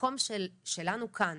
שהמקום שלנו כאן